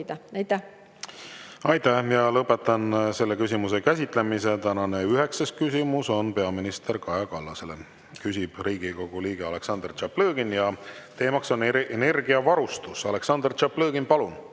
hoida. Aitäh! Lõpetan selle küsimuse käsitlemise. Tänane üheksas küsimus on peaminister Kaja Kallasele, küsib Riigikogu liige Aleksandr Tšaplõgin ja teema on energiavarustus. Aleksandr Tšaplõgin, palun!